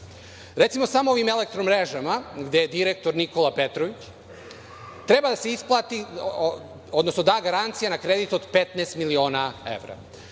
evra. Recimo samo u ovim „Elektromrežama“, gde je direktor Nikola Petrović, treba da se isplati, odnosno da garancija na kredit od 15 miliona evra.